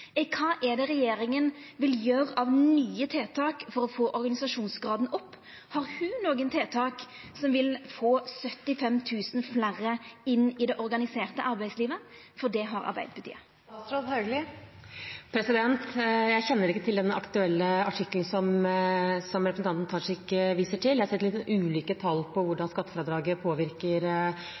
er: Kva vil regjeringa gjera av nye tiltak for å få organisasjonsgraden opp? Har ho nokre tiltak som vil få 75 000 fleire inn i det organiserte arbeidslivet? – Det har Arbeidarpartiet. Jeg kjenner ikke til den aktuelle artikkelen som representanten Tajik viser til. Jeg har sett litt ulike tall på hvordan skattefradraget påvirker